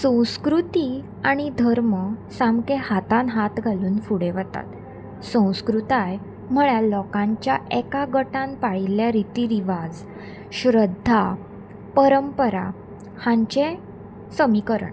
संस्कृती आनी धर्म सामके हातान हात घालून फुडें वतात संस्कृताय म्हळ्यार लोकांच्या एका गटान पाळिल्ल्या रिती रिवाज श्रद्धा परंपरा हांचें समीकरण